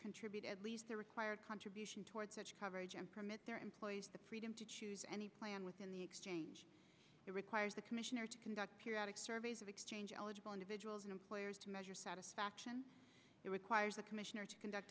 contribute at least their required contribution towards such coverage and permit their employees the freedom to choose any plan within the exchange that requires the commissioner to conduct periodic surveys of exchange eligible individuals and employers to measure satisfaction it requires a commissioner to conduct